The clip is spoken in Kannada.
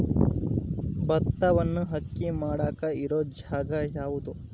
ಭತ್ತವನ್ನು ಅಕ್ಕಿ ಮಾಡಾಕ ಇರು ಜಾಗ ಯಾವುದು?